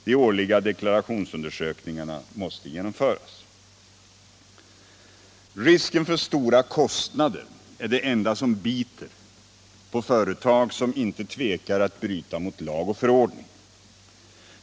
De årliga deklarationsundersökningarna måste genomföras. Risken för stora kostnader är det enda som biter på företag som inte tvekar att bryta mot lag och förordning.